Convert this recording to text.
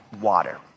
water